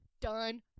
Done